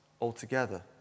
altogether